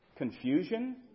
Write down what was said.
confusion